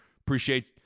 Appreciate